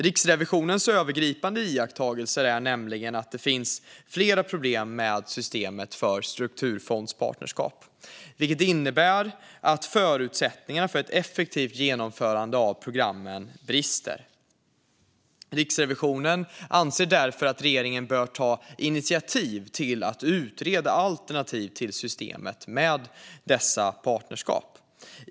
Riksrevisionens övergripande iakttagelse är att det finns flera problem med systemet med strukturfondspartnerskap, vilket innebär att förutsättningarna för ett effektivt genomförande av programmen brister. Riksrevisionen anser därför att regeringen bör ta initiativ till att utreda alternativ till systemet med dessa partnerskap.